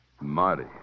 Marty